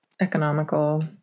economical